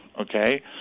Okay